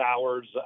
hours